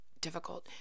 difficult